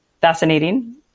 fascinating